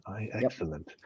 Excellent